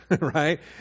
right